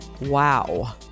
Wow